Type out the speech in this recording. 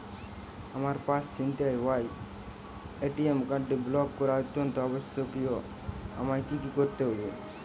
আমার পার্স ছিনতাই হওয়ায় এ.টি.এম কার্ডটি ব্লক করা অত্যন্ত আবশ্যিক আমায় কী কী করতে হবে?